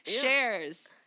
shares